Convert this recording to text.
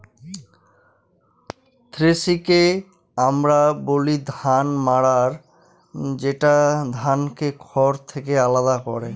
থ্রেশিংকে আমরা বলি ধান মাড়াই যেটা ধানকে খড় থেকে আলাদা করে